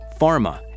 pharma